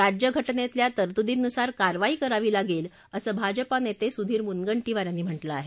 राज्यघ जितल्या तरतुदींनुसार कारवाई करावी लागे असं भाजपा नेते सुधीर मुनगं ींवार यांनी म्हा लं आहे